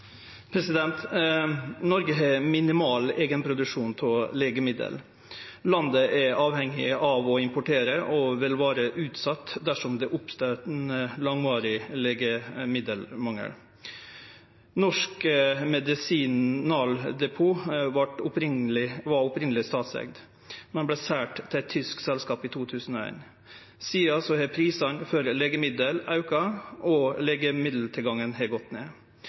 Noreg har ein minimal eigenproduksjon av legemiddel. Landet er avhengig av å importere og vil vere utsett dersom det oppstår ein langvarig legemiddelmangel. Norsk Medisinaldepot var opphavleg statseigd, men vart seld til eit tysk selskap i 2001. Sidan har prisane på legemiddel auka, og legemiddeltilgangen har gått ned.